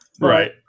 Right